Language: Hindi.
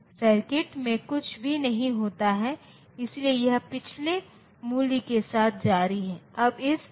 सर्किट में कुछ भी नहीं होता है इसलिए यह पिछले मूल्य के साथ जारी है